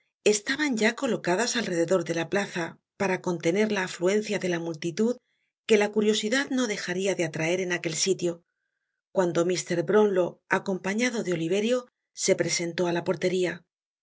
estaban ya colocadas al rededor de la plaza para contener la afluencia de la multitud que la curiosidad no dejaria de atraer en aquel sitio cuando mr browiilow acompañado de oliverio se presentóá la porteria